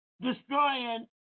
destroying